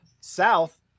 South